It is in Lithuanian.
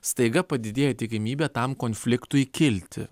staiga padidėja tikimybė tam konfliktui kilti